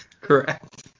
Correct